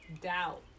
doubt